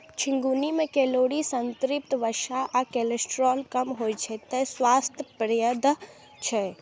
झिंगुनी मे कैलोरी, संतृप्त वसा आ कोलेस्ट्रॉल कम होइ छै, तें स्वास्थ्यप्रद छै